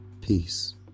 Peace